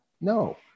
no